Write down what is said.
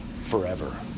forever